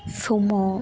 sumo